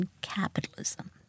capitalism